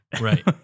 Right